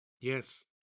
Yes